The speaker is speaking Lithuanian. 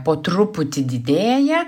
po truputį didėja